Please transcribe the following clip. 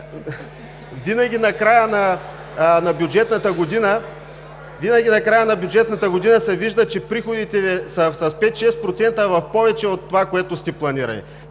Винаги на края на бюджетната година се вижда, че приходите са с 5 – 6% в повече от това, което сте планирали.